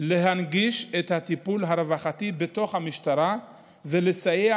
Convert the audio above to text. להנגיש את הטיפול הרווחתי בתוך המשטרה ולסייע